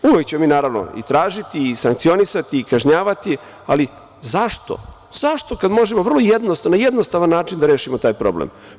Uvek ćemo mi naravno i tražiti i sankcionisati i kažnjavati, ali zašto kada možemo vrlo jednostavno, na jednostavan način da rešimo taj problem.